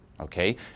okay